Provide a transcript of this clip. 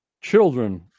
Children